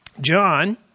John